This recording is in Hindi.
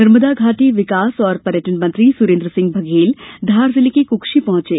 नर्मदा घाटी विकास और पर्यटन मंत्री सुरेंद्र बघेल धार जिले के कुक्षी पहुंचे